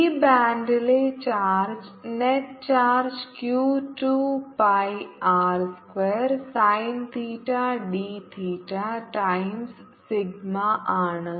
ഈ ബാൻഡിലെ charge net charge q 2 pi R square sine theta d theta times സിഗ്മയാണ്